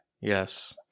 Yes